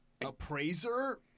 Appraiser